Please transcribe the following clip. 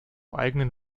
eigenen